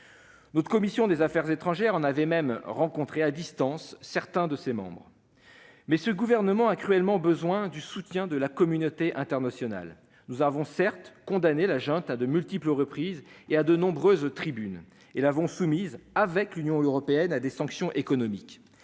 Notre commission des affaires étrangères a même rencontré à distance certains de ses membres. Néanmoins, ce gouvernement a aussi cruellement besoin du soutien de la communauté internationale. Nous avons, certes, condamné la junte à de multiples reprises et à de nombreuses tribunes, et nous l'avons soumise, avec l'Union européenne, à des sanctions économiques.